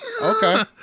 Okay